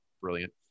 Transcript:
brilliant